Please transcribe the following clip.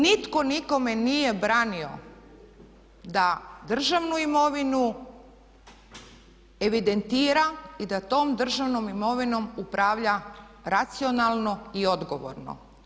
Nitko nikome nije branio da državnu imovinu evidentira i da tom državnom imovinom upravlja racionalno i odgovorno.